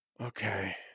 Okay